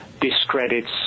discredits